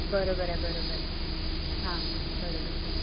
बरोबर आहे बरोबर आहे हां बरोबर